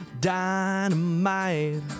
dynamite